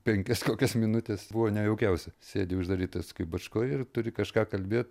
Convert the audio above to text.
penkias kokias minutes buvo nejaukiausia sėdi uždarytas kaip bačkoj ir turi kažką kalbėt